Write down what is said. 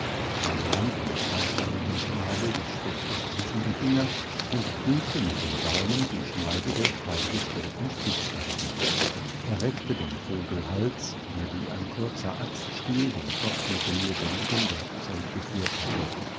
er nahm den keilförmigen schnabel des spechtes zwischen die finger und prüfte mit dem daumen die schneide der steilgestellten spitzkante er reckte den vogelhals der wie ein kurzer axtstiel den kopf mit dem lebendigen werkzeug geführt hatte